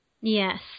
Yes